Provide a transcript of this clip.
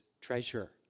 treasure